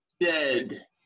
dead